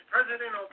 President